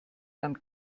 dann